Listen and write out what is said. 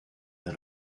naar